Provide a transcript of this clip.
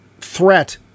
threat